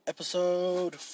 Episode